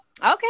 Okay